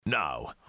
Now